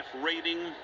rating